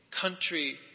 country